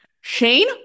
Shane